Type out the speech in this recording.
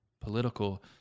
political